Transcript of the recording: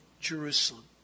Jerusalem